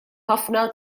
ħafna